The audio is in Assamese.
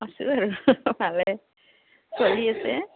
আছোঁ আৰু ভালে চলি আছে